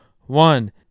one